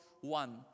one